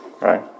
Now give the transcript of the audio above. Right